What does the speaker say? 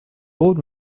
old